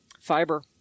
fiber